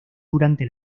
durante